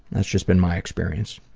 that's just been my experience.